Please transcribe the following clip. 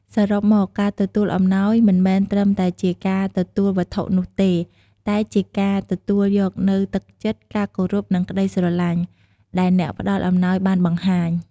សរុបមក ការទទួលអំណោយមិនមែនត្រឹមតែជាការទទួលវត្ថុនោះទេ តែជាការទទួលយកនូវ ទឹកចិត្ត ការគោរព និងក្តីស្រឡាញ់ ដែលអ្នកផ្តល់អំណោយបានបង្ហាញ។